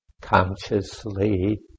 consciously